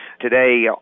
today